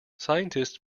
scientists